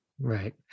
Right